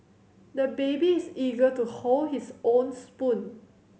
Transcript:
the baby is eager to hold his own spoon